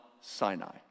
Sinai